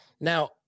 Now